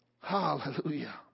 Hallelujah